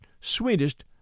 sweetest